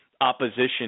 opposition